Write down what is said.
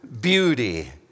beauty